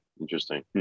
Interesting